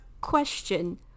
Question